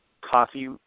coffee